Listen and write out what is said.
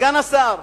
סגן השר,